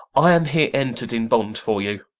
i am here ent'red in bond for you.